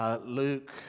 Luke